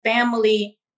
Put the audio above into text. Family